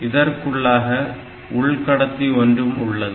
இதற்குள்ளாக உள் கடத்தி ஒன்றும் உள்ளது